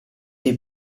dei